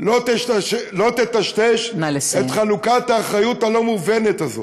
לא תטשטש את חלוקת האחריות הלא-מובנת הזאת.